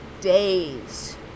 days